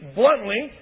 bluntly